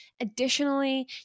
Additionally